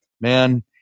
man